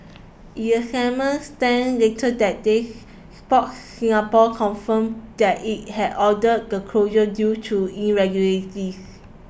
in a statement sent later that day Sport Singapore confirmed that it had ordered the closure due to irregularities